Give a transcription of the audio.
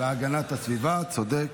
והגנת הסביבה, צודק.